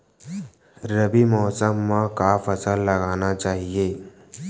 रबी मौसम म का फसल लगाना चहिए?